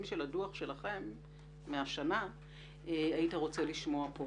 של הדוח שלכם מהשנה היית רוצה לשמוע כאן.